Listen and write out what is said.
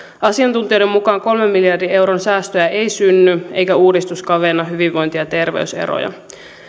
asiantuntijoiden mukaan kolmen miljardin euron säästöjä ei synny eikä uudistus kavenna hyvinvointi ja terveyseroja